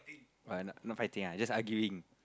ah not not fighting ah just arguing